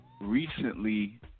recently